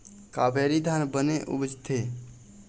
कावेरी धान बने उपजथे?